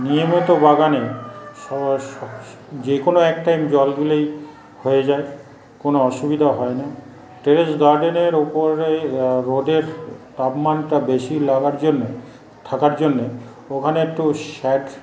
নিয়মিত বাগানে শশশ যেকোনো এক টাইম জল দিলেই হয়ে যায় কোন অসুবিধা হয় না টেরেস গার্ডেনের ওপরে রোদের তাপমানটা বেশি লাগার জন্য থাকার জন্যে ওখানে একটু শ্যাত